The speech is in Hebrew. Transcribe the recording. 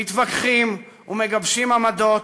מתווכחים ומגבשים עמדות,